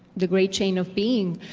the great chain of being,